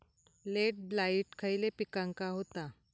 Late blight खयले पिकांका होता?